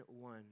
one